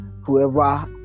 whoever